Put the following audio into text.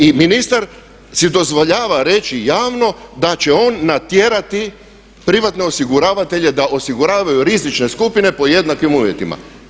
I ministar si dozvoljava reći javno da će on natjerati privatne osiguravatelje da osiguravaju rizične skupine pod jednakim uvjetima.